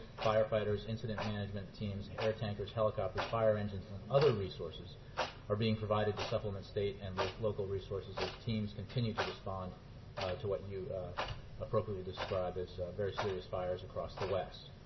firefighters, incident management teams, air tankers, helicopters, fire engines and other resources are being provided to supplement state and local local resources as teams continue to respond to what you appropriately described as very serious fires across the west.